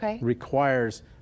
requires